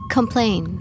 Complain